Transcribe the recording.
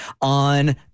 on